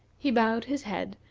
he bowed his head,